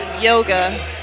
Yoga